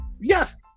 Yes